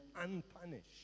unpunished